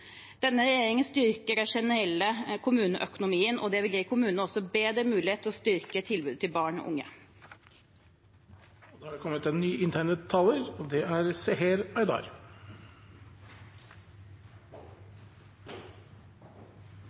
Denne regjeringen styrker den generelle kommuneøkonomien. Det vil gi kommunene en bedre mulighet til å styrke tilbudet til barn og unge. Menns vold mot kvinner er et globalt fenomen og er til hinder for kvinners rett til liv, helse, selvstendighet og